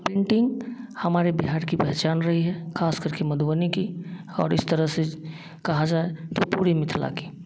printing हमारे बिहार की पहचान रही है खास करके मधुबनी की और इस तरह से कहा जाए तो पूरी मिथिला की